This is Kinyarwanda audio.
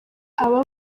aba